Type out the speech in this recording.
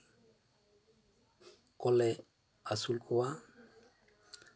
ᱠᱚᱞᱮ ᱟᱥᱩᱞ ᱠᱚᱣᱟ